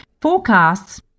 forecasts